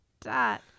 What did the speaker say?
dot